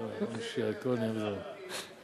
אם זה במרכז תל-אביב,